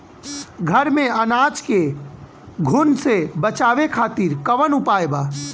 घर में अनाज के घुन से बचावे खातिर कवन उपाय बा?